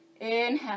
Inhale